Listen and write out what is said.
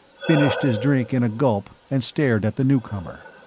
finished his drink in a gulp and stared at the newcomer.